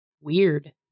weird